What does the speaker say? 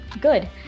Good